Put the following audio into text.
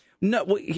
No